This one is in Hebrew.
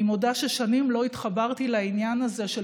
אני מודה ששנים לא התחברתי לעניין הזה של